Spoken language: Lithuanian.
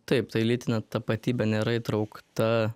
taip tai lytinė tapatybė nėra įtraukta